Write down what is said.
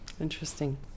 interesting